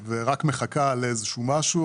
ורק מחכה למשהו.